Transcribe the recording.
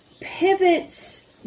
pivots